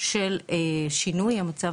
של שינוי המצב